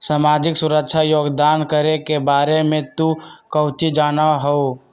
सामाजिक सुरक्षा योगदान करे के बारे में तू काउची जाना हुँ?